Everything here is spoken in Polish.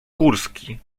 górski